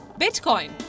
bitcoin